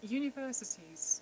universities